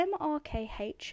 MRKH